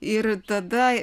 ir tada